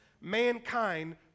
mankind